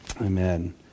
Amen